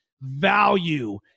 value